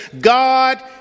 God